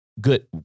Good